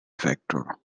factor